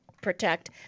protect